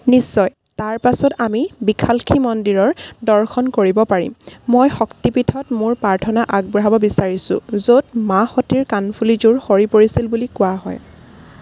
নিশ্চয় তাৰ পাছত আমি বিশালক্ষী মন্দিৰৰ দৰ্শন কৰিব পাৰিম মই শক্তি পীঠত মোৰ প্ৰাৰ্থনা আগবঢ়াব বিচাৰিছোঁ য'ত মা সতীৰ কাণফুলিযোৰ সৰি পৰিছিল বুলি কোৱা হয়